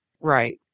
Right